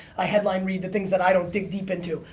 i headline read the things that i don't deep deep into,